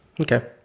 Okay